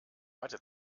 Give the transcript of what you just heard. hatte